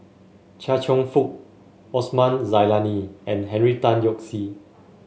Chia Cheong Fook Osman Zailani and Henry Tan Yoke See